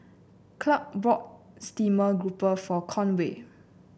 Clark bought stream grouper for Conway